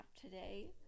today